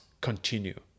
continue